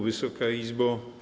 Wysoka Izbo!